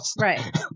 Right